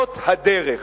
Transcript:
מה אתך?